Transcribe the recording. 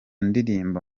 ndirimbo